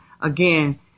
again